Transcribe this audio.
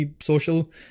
social